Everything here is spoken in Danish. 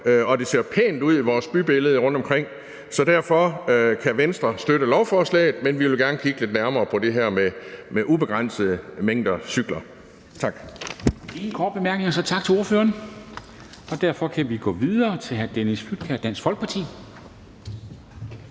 køretøjerne, og bybilledet rundtomkring skal se pænt ud. Derfor kan Venstre støtte lovforslaget, men vi vil gerne kigge lidt nærmere på det her med ubegrænsede mængder cykler. Tak.